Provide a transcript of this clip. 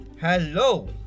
hello